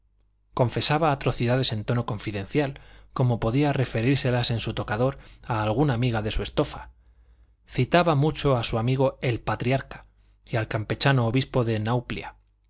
confesaba atrocidades en tono confidencial como podía referírselas en su tocador a alguna amiga de su estofa citaba mucho a su amigo el patriarca y al campechano obispo de nauplia